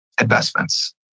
investments